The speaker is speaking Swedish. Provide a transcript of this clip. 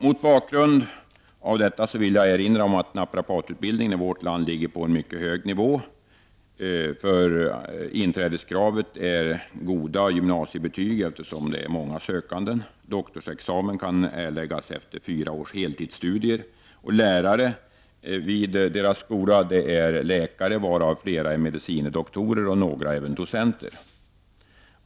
Mot bakgrund av detta vill jag erinra om att naprapatutbildningen i vårt land ligger på en mycket hög nivå. Inträdeskravet är goda gymnasiebetyg, eftersom det är många sökande. Doktorsexamen kan avläggas efter fyra års heltidsstudier. Lärare vid deras skola är läkare, varav flera är medicine doktorer och några även docenter.